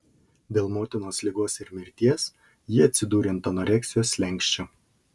dėl motinos ligos ir mirties ji atsidūrė ant anoreksijos slenksčio